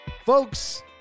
Folks